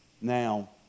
now